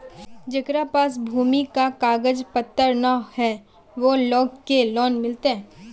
जेकरा पास भूमि का कागज पत्र न है वो लोग के लोन मिलते?